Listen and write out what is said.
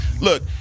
Look